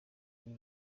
ibi